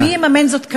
ומי יממן זאת כעת,